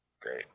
great